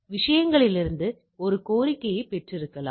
விஷயங்களிலிருந்து ஒரு கோரிக்கையைப் பெற்றிருக்கலாம்